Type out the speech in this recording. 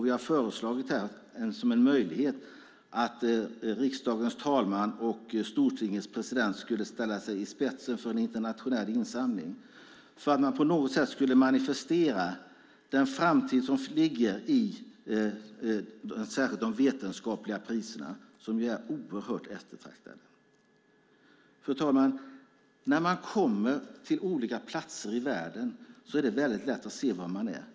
Vi har föreslagit som en möjlighet att riksdagens talman och Stortingets president skulle ställa sig i spetsen för en internationell insamling för att på något sätt manifestera den framtid som ligger i särskilt de vetenskapliga priserna, som ju är oerhört eftertraktade. Fru talman! När man kommer till olika platser i världen är det väldigt lätt att se var man är.